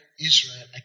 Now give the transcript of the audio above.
Israel